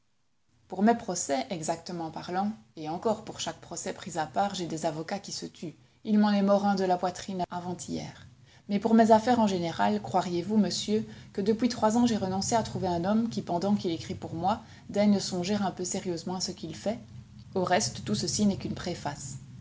pour mes procès exactement parlant et encore pour chaque procès pris à part j'ai des avocats qui se tuent il m'en est mort un de la poitrine avant-hier mais pour mes affaires en général croiriez-vous monsieur que depuis trois ans j'ai renoncé à trouver un homme qui pendant qu'il écrit pour moi daigne songer un peu sérieusement à ce qu'il fait au reste tout ceci n'est qu'une préface